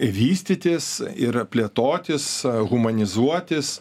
vystytis ir plėtotis humanizuotis